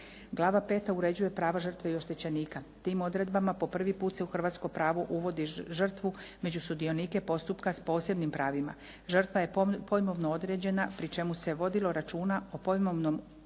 Glava 5. uređuje prava žrtve i oštećenika. Tim odredbama po prvi put se u hrvatskom pravu uvodi žrtvu među sudionike postupka s posebnim pravima. Žrtva je pojmovno određena pri čemu se vodilo računa o pojmovnom određenju